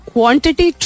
quantity